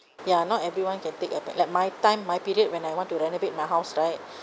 ya not everyone can take a like my time my period when I want to renovate my house right